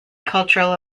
cultural